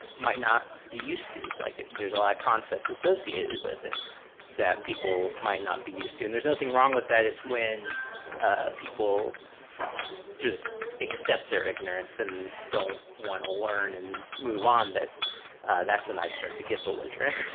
might not be used to, like there's a lot concepts associated with it that people might not be used to, and there's nothing wrong with that. it's when ah people just accept their ignorance and don't want to learn and move on, that that's when i start to get belligerent. yeah.